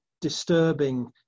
disturbing